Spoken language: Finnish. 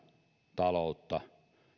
taloutta ja